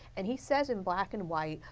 and he says in black and white,